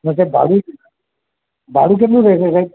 ત્યાં સાહેબ ભાડું ભાડું કેટલું રહેશે સાહેબ